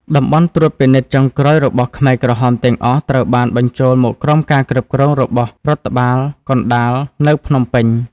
តំបន់ត្រួតពិនិត្យចុងក្រោយរបស់ខ្មែរក្រហមទាំងអស់ ត្រូវបានបញ្ចូលមកក្រោមការគ្រប់គ្រងរបស់រដ្ឋបាលកណ្តាលនៅភ្នំពេញ។